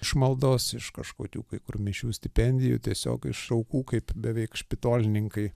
išmaldos iš kažkokių kai kur mišių stipendijų tiesiog iš aukų kaip beveik špitolininkai